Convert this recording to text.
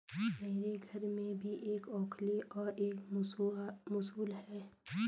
मेरे घर में भी एक ओखली और एक मूसल है